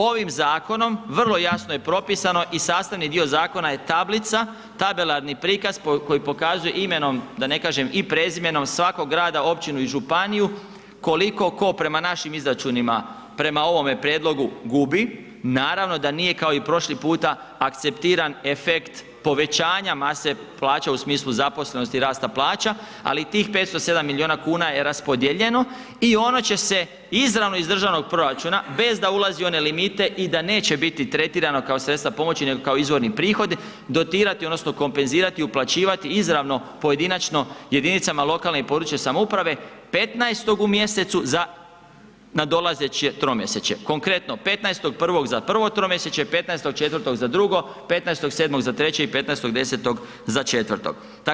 Ovim zakonom vrlo jasno je propisano i sastavni dio zakona je tablica, tabelarni prikaz koji pokazuje imenom, da ne kažem i prezimenom svakog grada, općinu i županiju koliko tko prema našim izračunima, prema ovome prijedlogu gubi, naravno da nije kao i prošli puta akceptiran efekt povećanje mase plaća u smislu zaposlenosti i rasta plaća, ali i tih 507 miliona kuna je raspodijeljeno i ono će izravno iz državnog proračuna bez da ulazi u one limite i da neće biti tretirano kao sredstva pomoći nego kao izvorni prihodi, dotirati odnosno kompenzirati uplaćivati izravno pojedinačno jedinicama lokalne i područne samouprave 15. u mjesecu za nadolazeće tromjesečje, konkretno 15.1. za prvo tromjesečje, 15.4. za drugo, 15.7. za treće i 15.10. za četvrto.